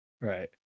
Right